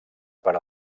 per